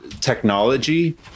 technology